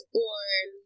born